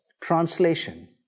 Translation